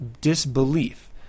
disbelief